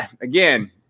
again